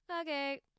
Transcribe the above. okay